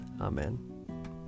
Amen